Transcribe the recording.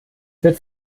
wird